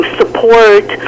support